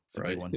right